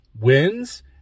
wins